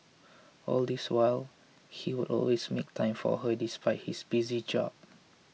all this while he would always make time for her despite his busy job